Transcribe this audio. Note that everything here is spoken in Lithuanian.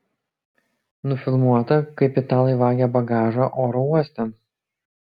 nufilmuota kaip italai vagia bagažą oro uoste